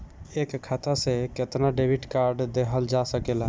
एक खाता से केतना डेबिट कार्ड लेहल जा सकेला?